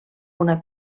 una